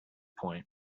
point